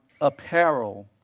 apparel